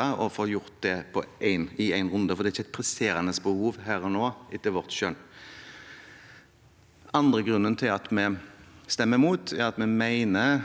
og få gjort det i én runde, for det er ikke et presserende behov her og nå, etter vårt skjønn. Den andre grunnen til at vi stemmer imot, er at vi mener